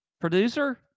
Producer